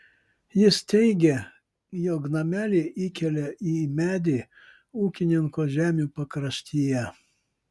jis teigė jog namelį įkėlė į medį ūkininko žemių pakraštyje